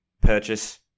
purchase